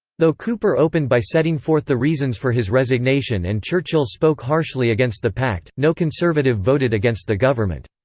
though cooper opened by setting forth the reasons reasons for his resignation and churchill spoke harshly against the pact, no conservative voted against the government.